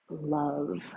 love